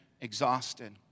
exhausted